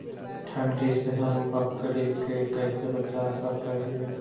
ठंडी से हम बकरी के कैसे बचा सक हिय?